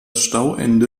stauende